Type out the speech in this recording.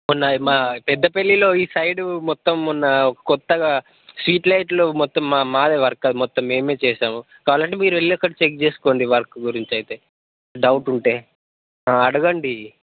ఉన్నాయి మా పెద్దపల్లిలో ఈ సైడు మొత్తం కొత్తగా స్ట్రీట్ లైట్స్ మొత్తం మాదే వర్క్ మొత్తం మేమే చేసాము కావాలంటే మీరు వెళ్ళి చెక్ చేసుకోండి వర్క్ గురించి అయితే డౌట్ ఉంటే అడగండి